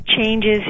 changes